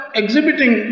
exhibiting